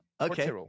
Okay